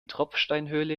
tropfsteinhöhle